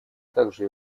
также